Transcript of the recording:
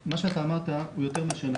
מה שאמרת הוא יותר מאשר נכון.